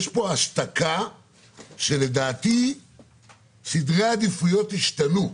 יש פה השתקה שלדעתי סדרי העדיפויות השתנו.